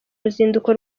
ruzinduko